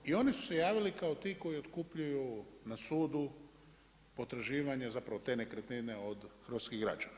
I oni su se javili kao ti koji otkupljuju na sudu potraživanje zapravo te nekretnine od hrvatskih građana.